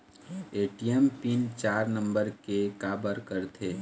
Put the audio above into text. ATM PIN चार नंबर के काबर करथे?